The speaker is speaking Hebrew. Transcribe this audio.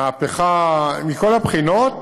מהפכה מכל הבחינות,